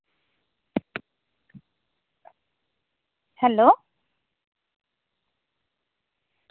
hello